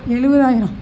எழுபதாயிரம்